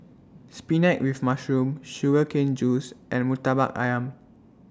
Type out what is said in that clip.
Spinach with Mushroom Sugar Cane Juice and Murtabak Ayam